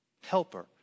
helper